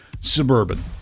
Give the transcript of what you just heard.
suburban